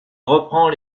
reprend